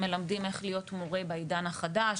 מלמדים איך להיות מורה בעידן החדש,